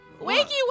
Wakey